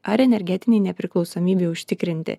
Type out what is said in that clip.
ar energetinei nepriklausomybei užtikrinti